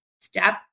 step